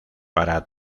para